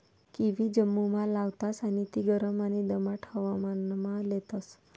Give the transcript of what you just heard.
kiwi जम्मुमा लावतास आणि ती गरम आणि दमाट हवामानमा लेतस